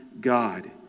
God